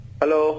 hello